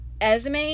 Esme